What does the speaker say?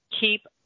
keep